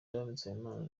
nsabimana